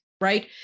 right